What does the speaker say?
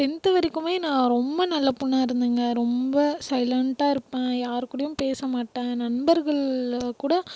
tenth வரைக்கும் நான் ரொம்ப நல்ல பெண்ணா இருந்தேங்க ரொம்ப சைலென்ட்டாக இருப்பேன் யார் கூடயும் பேச மாட்டேன் நண்பர்கள் கூட